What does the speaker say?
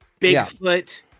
bigfoot